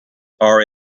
are